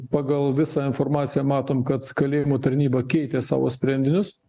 pagal visą informaciją matom kad kalėjimo tarnyba keitė savo sprendinius